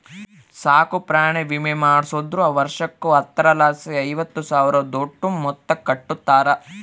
ಸಾಕುಪ್ರಾಣಿ ವಿಮೆ ಮಾಡಿಸ್ದೋರು ವರ್ಷುಕ್ಕ ಹತ್ತರಲಾಸಿ ಐವತ್ತು ಸಾವ್ರುದೋಟು ಮೊತ್ತ ಕಟ್ಟುತಾರ